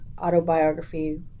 autobiography